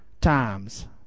times